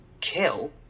Kill